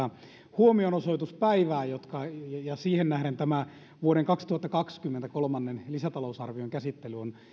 huomionosoituspäivää ja siihen nähden tämän vuoden kaksituhattakaksikymmentä kolmannen lisätalousarvion käsittely